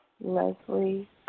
Leslie